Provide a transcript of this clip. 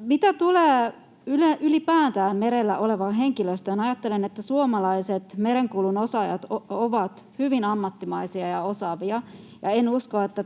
Mitä tulee ylipäätään merellä olevaan henkilöstöön, ajattelen, että suomalaiset merenkulun osaajat ovat hyvin ammattimaisia ja osaavia, ja en usko, että